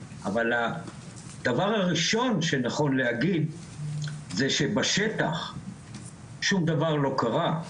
אבל הדבר הראשון שנכון להגיד זה שבשטח שום דבר לא קרה,